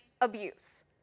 abuse